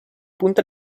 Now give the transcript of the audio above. punta